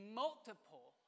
multiple